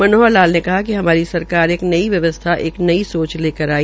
मनोहर लाल ने कहा हमारी सरकार एक नई व्यवस्था एक नई सोच लेकर आई